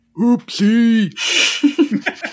oopsie